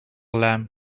lamb